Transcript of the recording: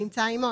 הנמצא עמו,